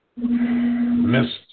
Mr